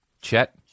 Chet